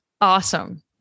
Awesome